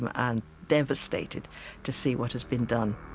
and and devastated to see what has been done